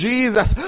Jesus